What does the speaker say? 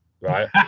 right